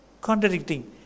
contradicting